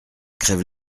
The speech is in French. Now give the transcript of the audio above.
crève